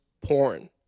porn